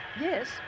yes